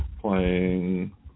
playing